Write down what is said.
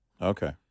okay